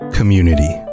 Community